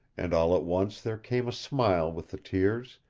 and all at once there came a smile with the tears,